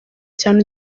cyane